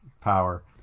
power